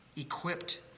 Equipped